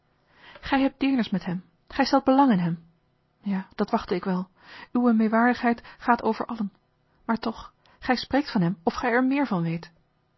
gij hebt deernis met hem gij stelt belang in hem ja dat wachtte ik wel uwe meêwarigheid gaat over allen maar toch gij spreekt van hem of gij er meer van weet